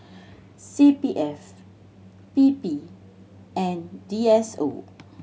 C P F P P and D S O